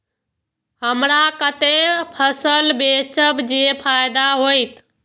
हमरा कते फसल बेचब जे फायदा होयत?